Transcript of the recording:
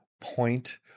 point